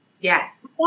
Yes